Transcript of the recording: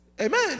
Amen